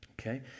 Okay